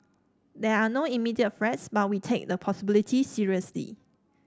there are no immediate threats but we take the possibility seriously